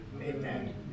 Amen